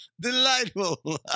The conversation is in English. Delightful